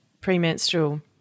premenstrual